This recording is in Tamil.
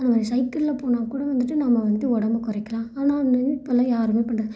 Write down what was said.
அது மாதிரி சைக்கிளில் போனால் கூட வந்துவிட்டு நம்ம வந்துவிட்டு உடம்ப குறைக்கலாம் ஆனால் ஒன்று இப்போ எல்லாம் யாருமே பண்ணுற